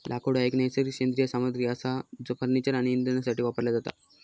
लाकूड हा एक नैसर्गिक सेंद्रिय सामग्री असा जो फर्निचर आणि इंधनासाठी वापरला जाता